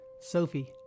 Sophie